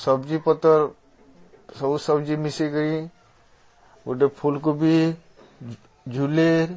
ସବ୍ଜି ପତର୍ ସବୁ ସବ୍ଜି ମିଶିକିରି ଗୋଟେ ଫୁଲ୍କୋବି ଝୁଲେର୍